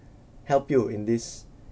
help you in this